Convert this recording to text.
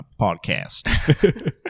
podcast